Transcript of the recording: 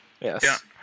Yes